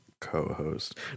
co-host